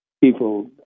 people